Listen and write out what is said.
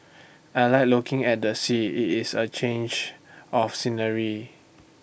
I Like looking at the sea IT is A change of scenery